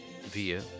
via